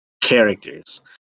characters